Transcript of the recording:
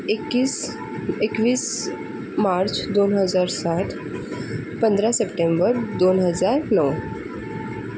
एकीस एकवीस मार्च दोन हजार सात पंधरा सप्टेंबर दोन हजार नऊ